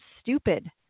stupid